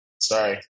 Sorry